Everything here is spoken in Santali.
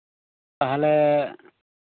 ᱛᱟᱦᱚᱞᱮ